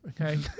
okay